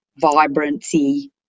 vibrancy